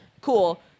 cool